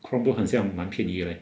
chromebook 很像蛮便宜的 leh